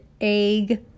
egg